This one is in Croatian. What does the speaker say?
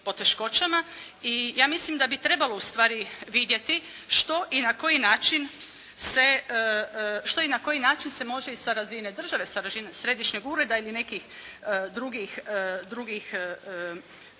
i ja mislim da bi trebalo ustvari vidjeti što i na koji način se, što i na koji način se može i sa razine države, sa razine središnjeg ureda ili nekih drugih